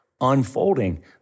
unfolding